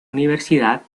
universidad